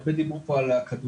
הרבה דיברו פה על כדורגל,